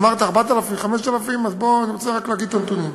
אמרת 4,000 5,000, אני רוצה רק להגיד את הנתונים.